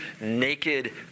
naked